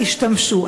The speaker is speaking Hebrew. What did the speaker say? השתמשו.